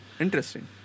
Interesting